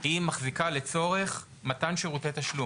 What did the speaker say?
היא מחזיקה את הסכום הזה לצורך מתן שירותי תשלום.